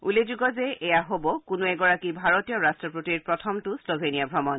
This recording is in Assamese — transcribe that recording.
উল্লেখযোগ্য যে এইয়া হ'ব কোনো এগৰাকী ভাৰতীয় ৰাষ্ট্ৰপতিৰ প্ৰথমটো শ্লোভেনিয়া ভ্ৰমণ